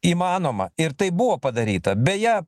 įmanoma ir tai buvo padaryta beje